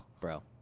Bro